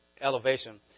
elevation